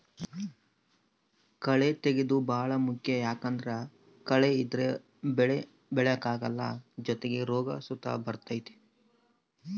ಕಳೇ ತೆಗ್ಯೇದು ಬಾಳ ಮುಖ್ಯ ಯಾಕಂದ್ದರ ಕಳೆ ಇದ್ರ ಬೆಳೆ ಬೆಳೆಕಲ್ಲ ಜೊತಿಗೆ ರೋಗ ಸುತ ಬರ್ತತೆ